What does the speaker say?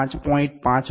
હું કદ 5